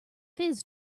fizz